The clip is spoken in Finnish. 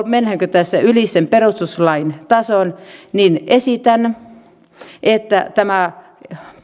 mennäänkö tässä yli sen perustuslain tason sen selvittämiseksi esitän että tämä